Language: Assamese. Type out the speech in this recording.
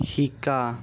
শিকা